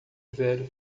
velho